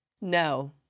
No